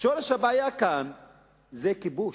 אלא כיבוש,